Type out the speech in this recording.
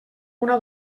una